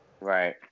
Right